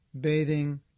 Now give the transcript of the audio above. Bathing